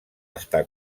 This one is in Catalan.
està